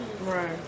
Right